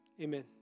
amen